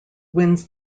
wins